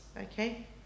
okay